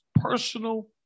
personal